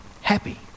happy